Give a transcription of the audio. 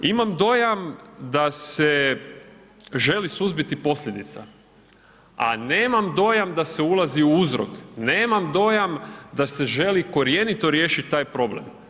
Imam dojam da se želi suzbiti posljedica a nemam dojam da se ulazi u uzrok, nemam dojam da se želi korjenito riješit taj problem.